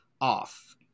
off